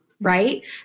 right